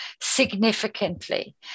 significantly